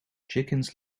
chickens